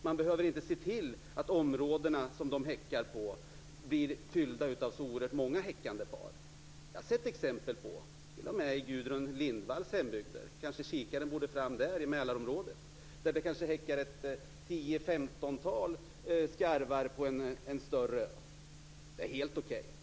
Man behöver inte se till att områdena som de häckar på blir fyllda av så oerhört många häckande par. Jag har sett exempel t.o.m. i Gudrun Lindvalls hembygder - kanske kikaren borde tas fram där - i Mälarområdet att det häckar 10-15 skarvar på en större. Det är helt okej.